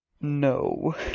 No